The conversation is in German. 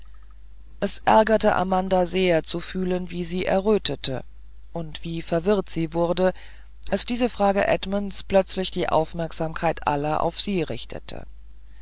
es ärgerte amanda sehr zu fühlen wie sie errötete und wie verwirrt sie wurde als diese frage edmunds plötzlich die aufmerksamkeit aller auf sie richtete